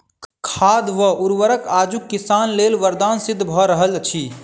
खाद वा उर्वरक आजुक किसान लेल वरदान सिद्ध भ रहल अछि